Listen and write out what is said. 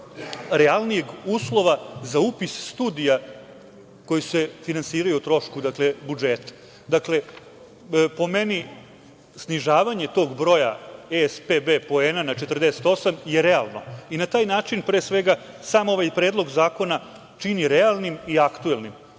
realnijeg uslova za upis studija koji se finansiraju o trošku budžeta. Dakle, po meni, snižavanje tog broja ESPB poena na 48 je realno i na taj način sam ovaj predlog zakona čini realnim i aktuelnim,